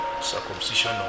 circumcision